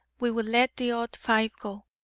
we will let the odd five go.